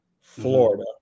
Florida